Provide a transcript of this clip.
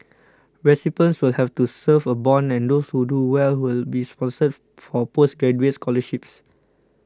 recipients will have to serve a bond and those who do well will be sponsored for postgraduate scholarships